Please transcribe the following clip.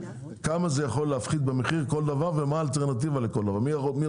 כמה זה יכול להפחית במחיר כל דבר ומה האלטרנטיבה לכל דבר.